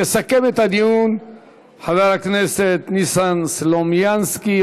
יסכם את הדיון חבר הכנסת ניסן סלומינסקי,